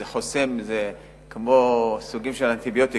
זה אומנם חוסם,